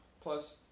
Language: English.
plus